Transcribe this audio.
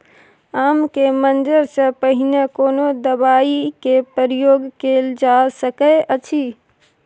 आम के मंजर से पहिले कोनो दवाई के प्रयोग कैल जा सकय अछि?